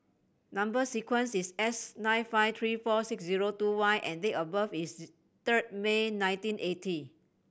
number sequence is S nine five three four six zero two Y and date of birth is third May nineteen eighty